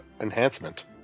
enhancement